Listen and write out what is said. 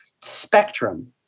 spectrum